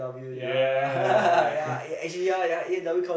ya